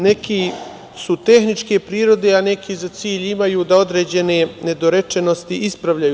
Neki su tehničke prirode, a neki za cilj imaju da određene nedorečenosti ispravljaju.